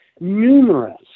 numerous